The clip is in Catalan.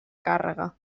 càrrega